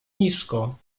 nisko